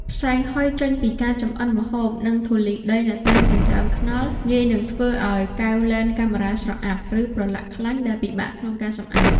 ផ្សែងហុយចេញពីការចម្អិនម្ហូប និងធូលីដីនៅតាមចិញ្ចើមថ្នល់ ងាយនឹងធ្វើឱ្យកែវលែនកាមេរ៉ាស្រអាប់ ឬប្រឡាក់ខ្លាញ់ដែលពិបាកក្នុងការសម្អាត។